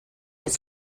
its